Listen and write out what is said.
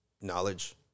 knowledge